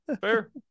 Fair